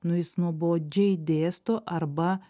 nu jis nuobodžiai dėsto arba